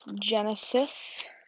Genesis